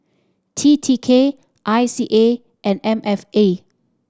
T T K I C A and M F A